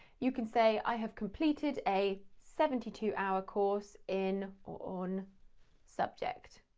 you can say i have completed a seventy two hour course in or on subject.